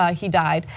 ah he died,